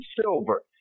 silver